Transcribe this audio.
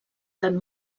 tant